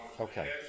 Okay